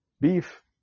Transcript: Beef